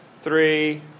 three